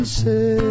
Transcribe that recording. say